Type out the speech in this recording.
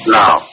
now